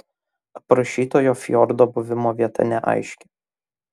aprašytojo fjordo buvimo vieta neaiški